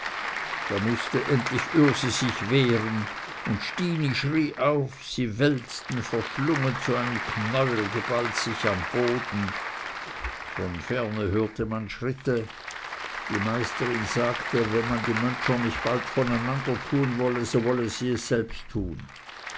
da mußte endlich ürsi sich wehren und stini schrie auf und sie wälzten verschlungen zu einem knäuel geballt sich am boden von ferne hörte man schritte die meisterin sagte wenn man die möntscher nicht bald voneinandertun wolle so wolle sie es selbst tun